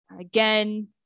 Again